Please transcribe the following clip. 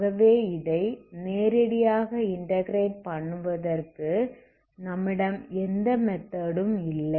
ஆகவே இதை நேரடியாக இன்டகிரேட் பண்ணுவதற்கு நம்மிடம் எந்த மெத்தெட் ம் இல்லை